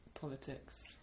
politics